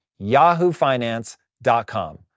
yahoofinance.com